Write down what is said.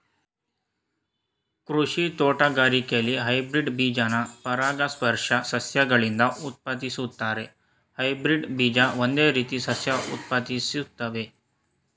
ಕೃಷಿ ತೋಟಗಾರಿಕೆಲಿ ಹೈಬ್ರಿಡ್ ಬೀಜನ ಪರಾಗಸ್ಪರ್ಶ ಸಸ್ಯಗಳಿಂದ ಉತ್ಪಾದಿಸ್ತಾರೆ ಹೈಬ್ರಿಡ್ ಬೀಜ ಒಂದೇ ರೀತಿ ಸಸ್ಯ ಉತ್ಪಾದಿಸ್ತವೆ